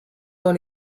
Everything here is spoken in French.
dans